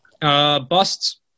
busts